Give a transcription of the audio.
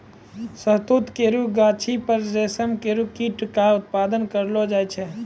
शहतूत केरो गाछी पर रेशम केरो कीट क उत्पादन करलो जाय छै